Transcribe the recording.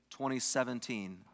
2017